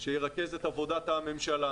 שירכז את עבודת הממשלה,